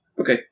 Okay